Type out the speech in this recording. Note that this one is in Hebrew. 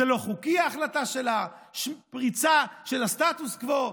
ההחלטה שלה לא חוקית, פריצה של הסטטוס קוו.